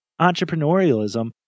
entrepreneurialism